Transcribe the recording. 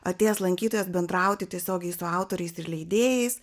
atėjęs lankytojas bendrauti tiesiogiai su autoriais ir leidėjais